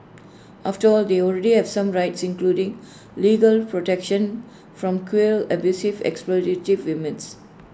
after all they already have some rights including legal protection from cruel abusive exploitative humans